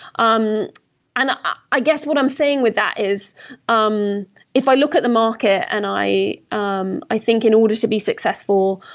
um and i i guess what i'm saying with that is um if i look at the market, and i um i think in order to be successful,